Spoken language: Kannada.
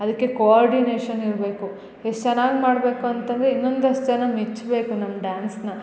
ಅದಕೆ ಕೋಆರ್ಡಿನೇಷನ್ ಇರಬೇಕು ಎಸ್ ಚೆನ್ನಾಗಿ ಮಾಡ್ಬೇಕು ಅಂತಂದರೆ ಇನ್ನೊಂದಷ್ಟು ಜನ ಮೆಚ್ಬೇಕು ನಮ್ಮ ಡ್ಯಾನ್ಸ್ನ